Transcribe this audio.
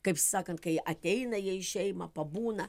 kaip sakant kai ateina jie į šeimą pabūna